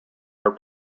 are